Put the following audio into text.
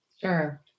Sure